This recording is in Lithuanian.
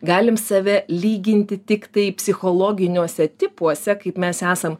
galim save lyginti tiktai psichologiniuose tipuose kaip mes esam